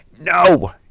no